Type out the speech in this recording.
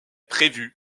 prévu